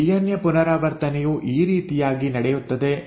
DNA ಪುನರಾವರ್ತನೆಯು ಈ ರೀತಿಯಾಗಿ ನಡೆಯುತ್ತದೆ